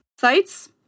Sites